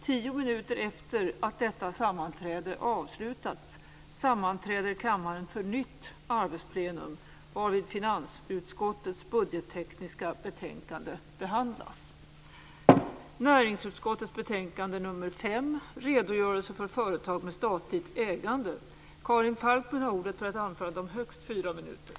Kan man inte få hjälp där heller kan det finnas ytterligare någon som kan stöta och blöta min idé och leda mig vidare och se till att idéerna kan utvecklas och få fortleva. Tio minuter efter att detta sammanträde avslutats skulle kammaren sammanträda för ett nytt arbetsplenum, då bl.a. finansutskottets budgettekniska betänkande skulle behandlas.